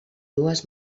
dues